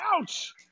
Ouch